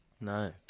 No